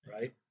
Right